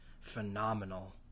phenomenal